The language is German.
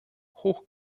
hoch